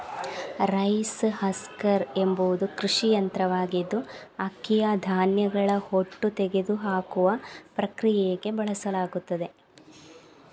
rice husker ಎಂಬುದು ಕೃಷಿ ಯಂತ್ರವಾಗಿದ್ದು ಅಕ್ಕಿಯ ಧಾನ್ಯಗಳ ಹೊಟ್ಟು ತೆಗೆದುಹಾಕುವ ಪ್ರಕ್ರಿಯೆಗೆ ಬಳಸಲಾಗುತ್ತದೆ